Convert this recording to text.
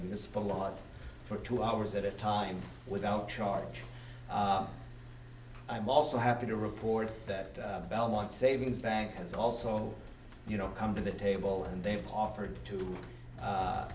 municipal laws for two hours at a time without charge i'm also happy to report that belmont savings bank has also you know come to the table and they've offered to